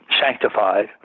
sanctified